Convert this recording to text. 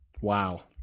Wow